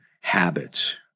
habits